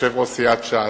יושב-ראש סיעת ש"ס,